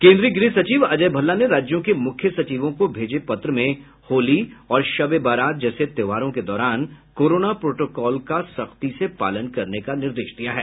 केन्द्रीय गृह सचिव अजय भल्ला ने राज्यों के मुख्य सचिवों को भेजे पत्र में होली और शब ए बरात जैसे त्योहारों के दौरान कोरोना प्रोटोकॉल का सख्ती से पालन करने का निर्देश दिया है